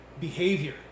behavior